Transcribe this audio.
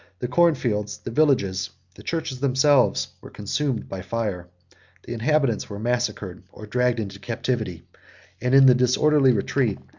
the cornfields, the villages, the churches themselves, were consumed by fire the inhabitants were massacred, or dragged into captivity and, in the disorderly retreat,